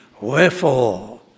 wherefore